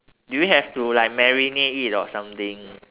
do you have to like marinate it or something